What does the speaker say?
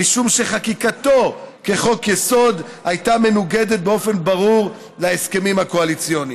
משום שחקיקתו כחוק-יסוד הייתה מנוגדת באופן ברור להסכמים הקואליציוניים.